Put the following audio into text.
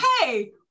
Hey